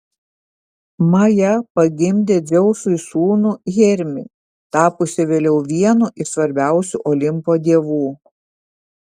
maja pagimdė dzeusui sūnų hermį tapusį vėliau vienu iš svarbiausių olimpo dievų